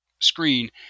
screen